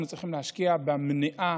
אנחנו צריכים להשקיע במניעה,